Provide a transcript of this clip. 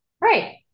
Right